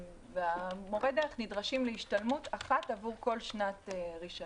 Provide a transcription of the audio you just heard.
ומורי הדרך נדרשים להשתלמות אחת עבור כל שנת רישיון,